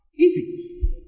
easy